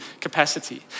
capacity